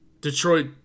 Detroit